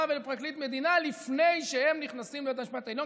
ולפרקליט מדינה לפני שהם נכנסים לבית המשפט העליון,